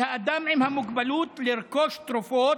על האדם עם המוגבלות לרכוש תרופות,